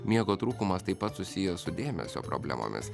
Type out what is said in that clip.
miego trūkumas taip pat susiję su dėmesio problemomis